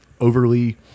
overly